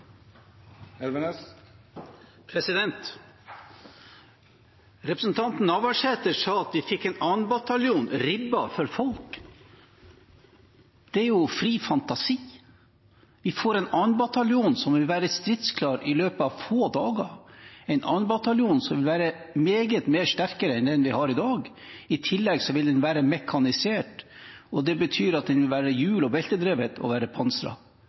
Representanten Navarsete sa at vi fikk en 2. bataljon ribbet for folk. Det er jo fri fantasi. Vi får en 2. bataljon som vil være stridsklar i løpet av få dager, en 2. bataljon som vil være meget sterkere enn den vi har i dag. I tillegg vil den være mekanisert. Det betyr at den vil være hjul- og beltedrevet, og at den vil være